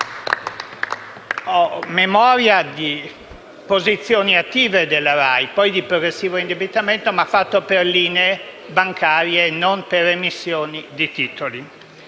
Ho memoria di posizioni attive della RAI e poi di progressivamente indebitamento, ma fatto per linee bancarie e non per emissione di titoli.